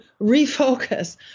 refocus